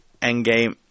Endgame